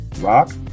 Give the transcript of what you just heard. rock